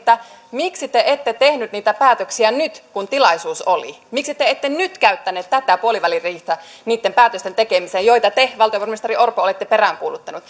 miksi te ette tehneet niitä päätöksiä nyt kun tilaisuus oli miksi te ette nyt käyttäneet tätä puoliväliriihtä niitten päätösten tekemiseen joita te valtiovarainministeri orpo olette peräänkuuluttanut